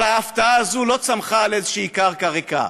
אבל ההפתעה הזו לא צמחה על איזושהי קרקע ריקה,